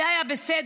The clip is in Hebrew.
זה היה בסדר,